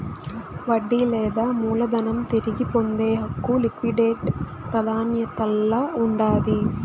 వడ్డీ లేదా మూలధనం తిరిగి పొందే హక్కు లిక్విడేట్ ప్రాదాన్యతల్ల ఉండాది